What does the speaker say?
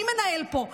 מי מנהל פה,